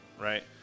right